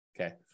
Okay